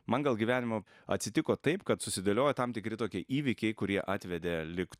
man gal gyvenimo atsitiko taip kad susidėliojo tam tikri tokie įvykiai kurie atvedė lig